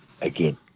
again